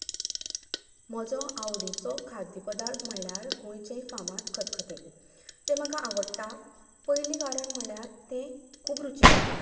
म्हजो आवडीचो खाद्य पदार्थ म्हळ्यार गोंयचे फामाद खतखतें तें म्हाका आवडटा पयलीं कारण म्हळ्यार तें खूब रुचीक लागता